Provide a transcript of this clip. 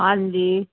ਹਾਂਜੀ